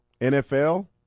NFL